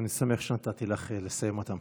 אני שמח שנתתי לך לסיים אותם.